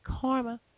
karma